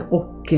och